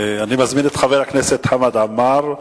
אני מזמין את חבר הכנסת חמד עמאר.